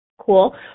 Cool